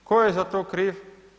Tko je za to kriv?